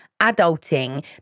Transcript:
adulting